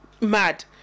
Mad